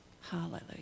Hallelujah